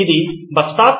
ఇది bus stop